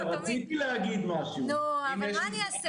אני מייצגת